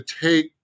take